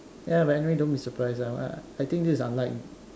ya man anyway don't be surprised ah I think this is unlike